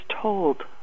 told